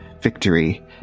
Victory